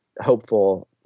hopeful